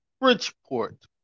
Bridgeport